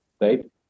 right